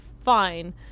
fine